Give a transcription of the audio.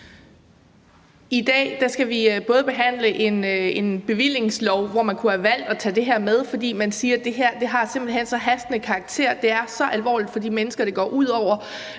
I dag skal vi behandle et forslag til bevillingslov, hvor man kunne have valgt at tage det her med, fordi man siger, at det her simpelt hen har så hastende karakter. Det er så alvorligt for de mennesker, det går ud over.